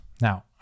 Now